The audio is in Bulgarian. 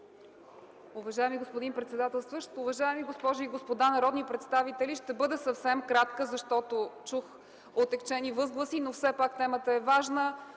Уважаеми господин председателстващ, уважаеми госпожи и господа народни представители! Ще бъда съвсем кратка, защото чух оттегчени възгласи, но все пак темата е важна.